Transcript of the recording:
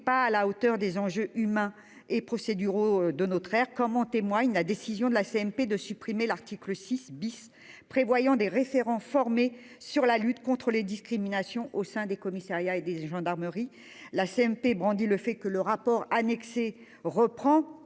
pas à la hauteur des enjeux humains et procéduraux de notre ère, comme en témoigne la décision de la CMP de supprimer l'article 6 bis prévoyant des référents formés sur la lutte contre les discriminations au sein des commissariats et des gendarmeries la CMP brandit le fait que le rapport annexé reprend